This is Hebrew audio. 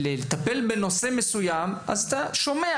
לטפל בנושא מסוים אז אתה שומע.